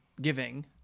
giving